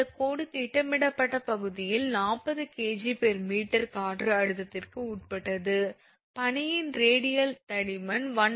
இந்த கோடு திட்டமிடப்பட்ட பகுதியில் 40 𝐾𝑔𝑚2 காற்று அழுத்தத்திற்கு உட்பட்டது பனியின் ரேடியல் தடிமன் 1